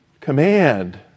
command